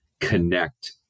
connect